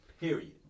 Period